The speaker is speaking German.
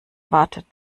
wartet